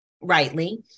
rightly